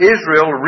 Israel